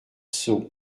sceaux